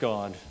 God